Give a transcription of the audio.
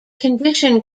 condition